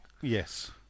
Yes